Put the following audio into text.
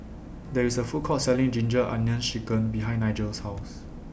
There IS A Food Court Selling Ginger Onions Chicken behind Nigel's House